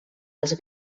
als